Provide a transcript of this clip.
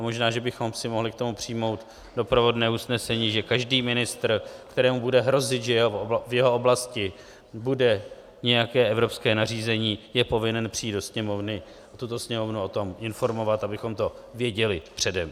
Možná bychom si mohli k tomu přijmout doprovodné usnesení, že každý ministr, kterému bude hrozit, že v jeho oblasti bude nějaké evropské nařízení, je povinen přijít do Sněmovny, tuto Sněmovnu o tom informovat, abychom to věděli předem.